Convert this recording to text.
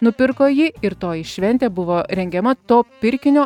nupirko jį ir toji šventė buvo rengiama to pirkinio